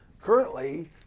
currently